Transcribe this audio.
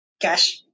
cash